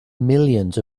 millions